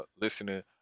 listening